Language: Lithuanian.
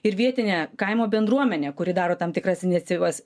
ir vietinė kaimo bendruomenė kuri daro tam tikras inicivas